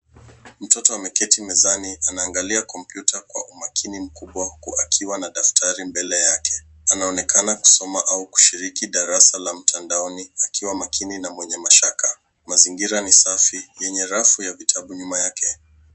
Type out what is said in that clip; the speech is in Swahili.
Mtoto ameketi mezani anaangalia kompyuta kwa umakini mkubwa uku akiwa na daftari mbele yake, anaonekana kusoma au kushiriki darasa la mtandaoni akiwa makini na mwenye mashaka. Mazingira ni safi yenye rafu ya vitabu nyuma yake.